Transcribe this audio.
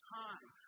time